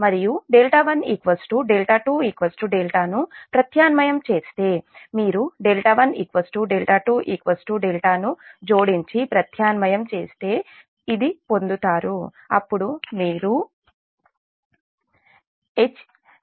మరియు12δ ను ప్రత్యామ్నాయం చేస్తే మీరు12δను జోడించి ప్రత్యామ్నాయం చేస్తే పొందుతారు అప్పుడు మీరు పొందుతారు